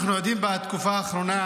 אנחנו עדים בתקופה האחרונה,